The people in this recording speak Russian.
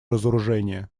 разоружения